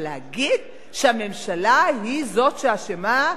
אבל להגיד שהממשלה היא זאת שאשמה,